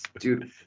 Dude